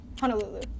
Honolulu